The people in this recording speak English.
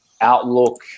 outlook